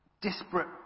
disparate